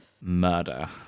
murder